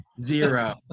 zero